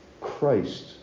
Christ